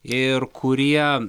ir kurie